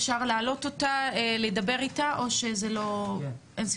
אפשר להעלות אותה ולדבר איתה או שאין סיכוי?